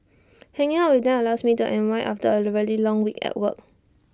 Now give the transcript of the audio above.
hanging out with them allows me to unwind after A really long week at work